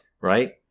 right